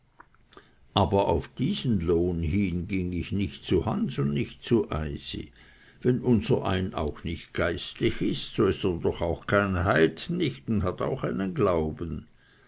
aber auf diesen lohn hin ging ich nicht zu hans und nicht zu eysin wenn unserein auch nicht geistlich ist so ist er doch auch kein heid nicht und hat auch einen glauben